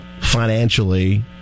financially